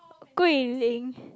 Gui Lin